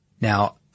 Now